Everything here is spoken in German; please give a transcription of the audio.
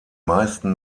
meisten